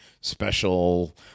special